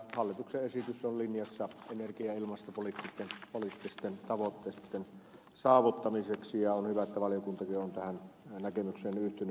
hallituksen esitys on linjassa energia ja ilmastopoliittisten tavoitteitten saavuttamiseksi ja on hyvä että valiokuntakin on tähän näkemykseen yhtynyt